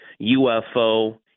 UFO